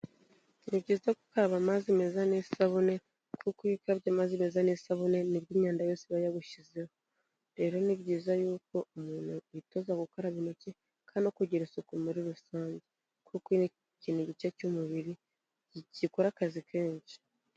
Ni byiza gukaraba amazi meza n'isabune, kuko iyo ukarabye amazi meza n'isabune nibwo imyanda yose iba yagushizeho. Rero ni byiza yuko umuntu yitoza gukaraba intoki kandi no kugira isuku muri rusange. Kuko n'iki ni igice cy'umubiri gikora akazi kenshi.